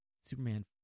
Superman